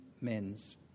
men's